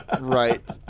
Right